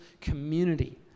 community